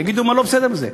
תגידו מה לא בסדר בזה.